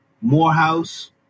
Morehouse